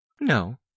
No